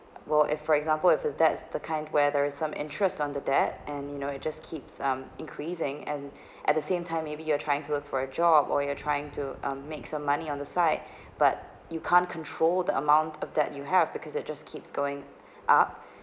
while if for example if its debts the kind where there is some interest on the debt and you know it just keeps um increasing and at the same time maybe you are trying to look for a job or you're trying to um make some money on the site but you can't control the amount of debt you have because it just keeps going up